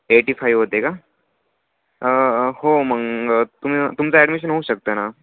eighty five होते का हो मग तुम तुमचं ॲडमिशन होऊ शकतं ना